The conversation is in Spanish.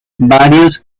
varios